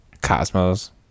Cosmos